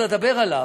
אדבר עליו,